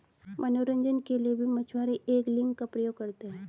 मनोरंजन के लिए भी मछुआरे एंगलिंग का प्रयोग करते हैं